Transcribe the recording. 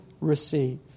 receive